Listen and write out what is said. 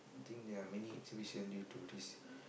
I think there are many exhibition due to this